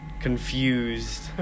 confused